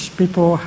people